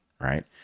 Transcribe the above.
Right